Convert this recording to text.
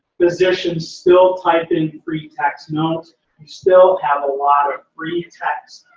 physicians still type in free text notes. we still have a lot of free text.